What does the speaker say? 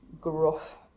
gruff